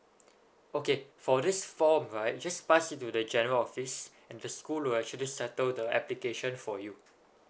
okay for this form right you just pass it to the general office and the school will actually settle the application for you